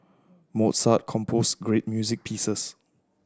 Mozart composed great music pieces